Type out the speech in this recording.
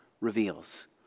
reveals